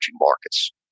markets